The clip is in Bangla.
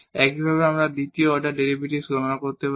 একইভাবে আমরা দ্বিতীয় অর্ডার ডেরিভেটিভ গণনা করতে পারি